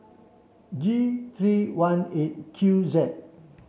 G three one eight Q Z